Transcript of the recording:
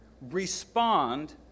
respond